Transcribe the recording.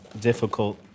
difficult